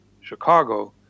Chicago